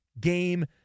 Game